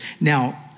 Now